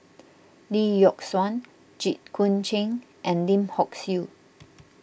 Lee Yock Suan Jit Koon Ch'ng and Lim Hock Siew